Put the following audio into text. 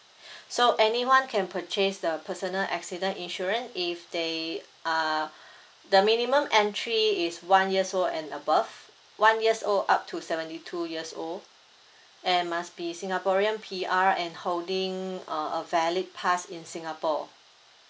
so anyone can purchase the personal accident insurance if they uh the minimum entry is one years old and above one years old up to seventy two years old and must be singaporean P_R and holding uh a valid pass in singapore